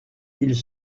ils